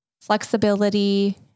flexibility